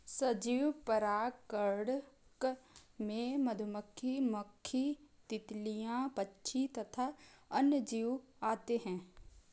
सजीव परागणक में मधुमक्खी, मक्खी, तितलियां, पक्षी तथा अन्य जीव आते हैं